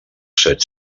set